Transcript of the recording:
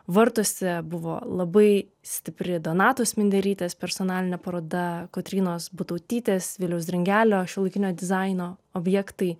vartuose buvo labai stipri donatos minderytės personalinė paroda kotrynos butautytės viliaus dringelio šiuolaikinio dizaino objektai